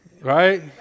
right